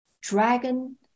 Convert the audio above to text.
dragon